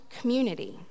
community